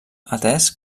atès